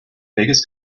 biggest